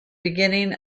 beginning